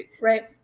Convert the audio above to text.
Right